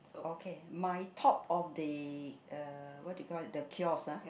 okay my top of the uh what do you call that the kiosk ah